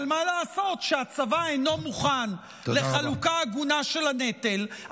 אבל מה לעשות שהצבא אינו מוכן לחלוקה הגונה של הנטל,